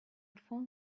phone